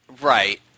Right